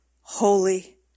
holy